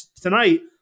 tonight